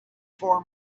for